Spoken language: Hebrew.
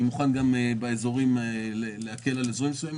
ואני מוכן להקל על אזורים מסוימים,